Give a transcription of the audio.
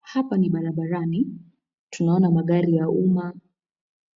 Hapa ni barabarani. Tunaona magari ya umma,